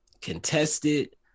contested